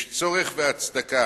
יש צורך והצדקה